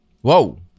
Whoa